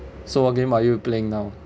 so what game are you playing now